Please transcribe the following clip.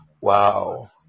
wow